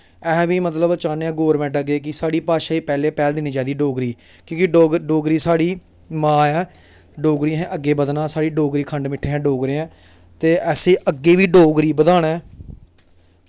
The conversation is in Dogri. अस बी मतलब चाह्न्नें आं कि गौरमेंट अग्गें कि साढ़ी भाशा गी पैह्ले पैह्ल देनी चाहिदी डोगरी गी क्योंकि डोगरी साढ़ी मां ऐ डोगरी गी असें अग्गें बधना साढ़ी डोगरी खंड मिट्ठे ऐं ते असें डोगरी गी अग्गें बधाना ऐ